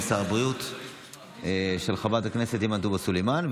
שר הבריאות של חברת הכנסת עאידה תומא סלימאן,